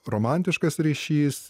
romantiškas ryšys